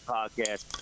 Podcast